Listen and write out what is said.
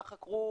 מה חקרו,